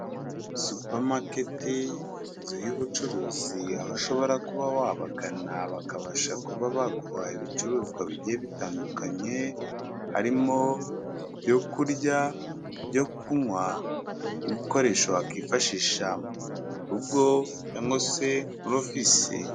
Supamaketi inzu y'ubucuruzi, aho ushobora kuba wabagana bakabasha kuba baguhaye ibicuruzwa bigiye bitandukanye. Harimo ibyo kurya, byo kunywa, n'ibikoresho wakifashisha mu rugo cyangwa se kuri ofice.